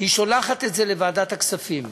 היא שולחת את זה לוועדת הכספים.